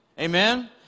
Amen